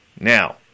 Now